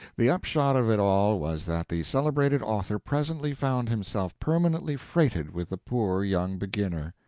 the upshot of it all was that the celebrated author presently found himself permanently freighted with the poor young beginner.